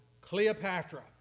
Cleopatra